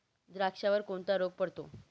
द्राक्षावर कोणता रोग पडतो?